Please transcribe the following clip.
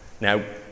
Now